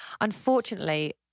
unfortunately